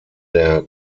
der